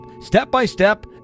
step-by-step